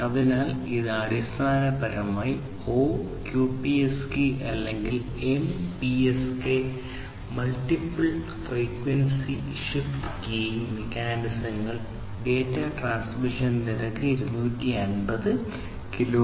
അതിനാൽ ഇത് അടിസ്ഥാനപരമായി O QPSK അല്ലെങ്കിൽ MPSK multiple phase frequency shift keying മെക്കാനിസങ്ങൾ ഡാറ്റാ ട്രാൻസ്മിഷൻ ഡാറ്റാ നിരക്ക് 250 കെ